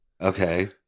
Okay